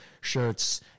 shirts